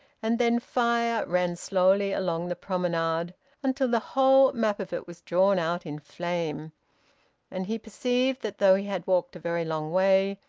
and then fire ran slowly along the promenade until the whole map of it was drawn out in flame and he perceived that though he had walked a very long way,